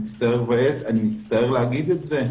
אני מצטער להגיד את זה,